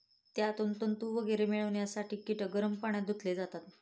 त्यातून तंतू वगैरे मिळवण्यासाठी कीटक गरम पाण्यात धुतले जातात